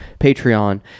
Patreon